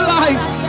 life